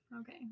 Okay